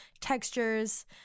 textures